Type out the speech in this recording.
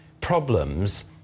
problems